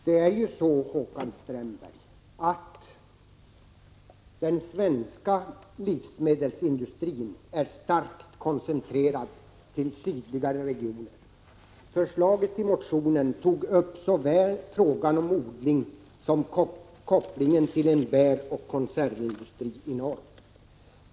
Herr talman! Den svenska livsmedelsindustrin är starkt koncentrerad till sydligare regioner. Förslaget i motionen tar upp såväl frågan om odlingen som kopplingen till en bäroch konservindustri i norr.